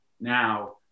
now